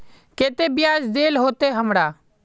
केते बियाज देल होते हमरा?